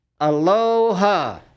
aloha